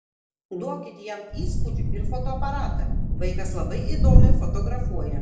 duokit jam įspūdžių ir fotoaparatą vaikas labai įdomiai fotografuoja